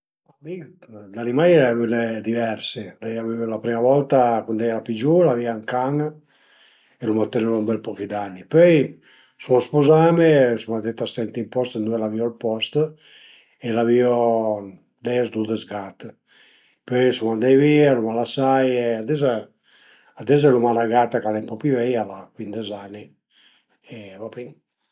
Mi d'animai l'ai avüne diversi, l'ai avü la prima volta cuandi era pi giuvu l'avìa ün can e l'uma tenulu ën bel po d'ani, pöi suma spuzame, suma andait a ste ënt ün pos ëndua l'avìu ël post e l'avìu des dudes gat, pöi sun andait via, l'uma lasaie, ades ades l'uma 'na gata ch'al e ën po pi veia, ma al a cuindes ani e a va bin